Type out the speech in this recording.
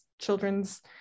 children's